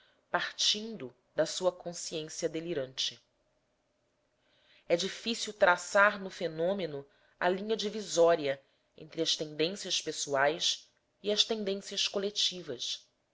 partindo da sua consciência delirante é difícil traçar no fenômeno a linha divisória entre as tendências pessoais e as tendências coletivas